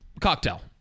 cocktail